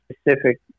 specific